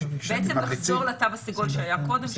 בעצם לחזור לתו הסגול שהיה קודם,